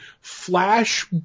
Flash